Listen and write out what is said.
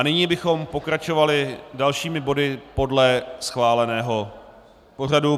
Nyní bychom pokračovali dalšími body podle schváleného pořadu.